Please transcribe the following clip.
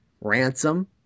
Ransom